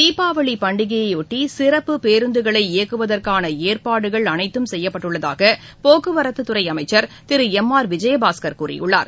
தீபாவளி பண்டிகையயாட்டி சிறப்பு பேருந்துகளை இயக்குவதற்கான ஏற்பாடுகள் அனைத்தும் செய்யப்பட்டுள்ளதாக போக்குவரத்துத்துறை அமைச்சர் திரு எம் ஆர் விஜயபாஸ்கர் கூறியுள்ளார்